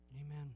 Amen